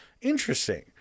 Interesting